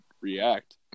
react